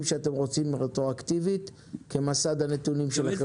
שאתם רוצים רטרואקטיבית כמסד הנתונים.